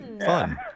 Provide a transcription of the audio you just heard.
fun